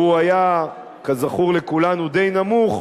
שהוא היה, כזכור לכולנו, די נמוך,